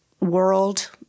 world